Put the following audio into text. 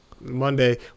Monday